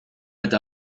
eta